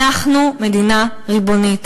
אנחנו מדינה ריבונית.